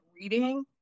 reading